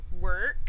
work